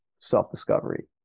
self-discovery